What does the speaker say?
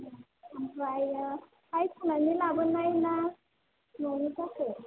ओमफ्राय बायस'नानै लाबोनाय ना न'नि जाखो